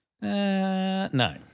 No